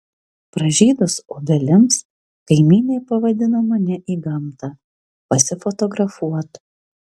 pražydus obelims kaimynė pavadino mane į gamtą pasifotografuot